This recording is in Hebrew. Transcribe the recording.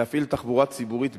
להפעיל תחבורה ציבורית בשבת.